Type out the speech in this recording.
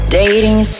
dating